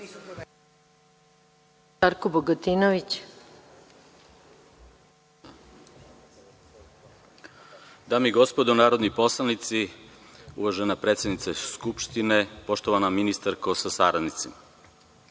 Dame i gospodo narodni poslanici, uvažena predsednice Skupštine, poštovana ministarko sa saradnicima,